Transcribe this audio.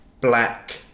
Black